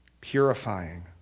purifying